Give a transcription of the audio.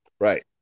right